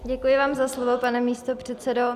Děkuji vám za slovo, pane místopředsedo.